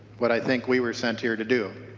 what i think we were sent here to do.